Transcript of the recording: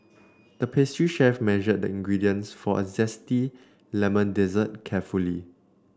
the pastry chef measured the ingredients for a zesty lemon dessert carefully